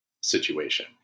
situation